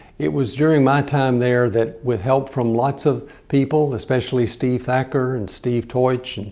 it was during my time there that with help from lots of people especially steve thacker and steve teutsch, and